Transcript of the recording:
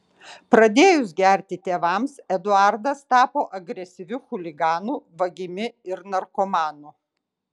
pradėjus gerti tėvams eduardas tapo agresyviu chuliganu vagimi ir narkomanu